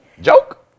joke